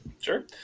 Sure